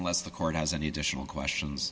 unless the court has any additional questions